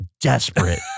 desperate